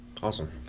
Awesome